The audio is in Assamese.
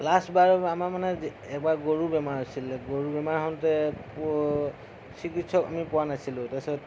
লাষ্ট বাৰ আমাৰ মানে এবাৰ গৰু বেমাৰ হৈছিলে গৰু বেমাৰ হওঁতে প চিকিৎসক আমি পোৱা নাছিলোঁ তাৰ পাছত